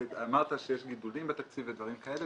אמרת שיש ניגודים בתקציב ודברים כאלה,